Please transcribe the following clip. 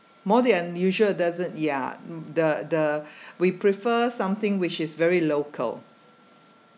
more the unusual does it ya the the we prefer something which is very local